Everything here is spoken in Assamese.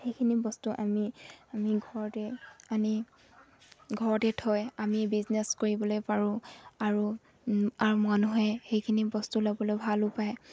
সেইখিনি বস্তু আমি আমি ঘৰতে আনি ঘৰতে থৈ আমি বিজনেচ কৰিবলৈ পাৰোঁ আৰু আৰু মানুহে সেইখিনি বস্তু ল'বলৈ ভালো পায়